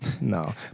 no